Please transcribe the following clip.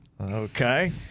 Okay